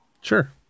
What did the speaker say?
sure